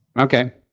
Okay